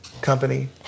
Company